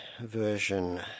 version